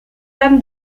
dam